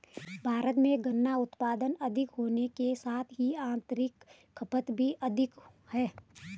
भारत में गन्ना उत्पादन अधिक होने के साथ ही आतंरिक खपत भी अधिक है